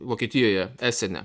vokietijoje esene